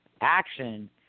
action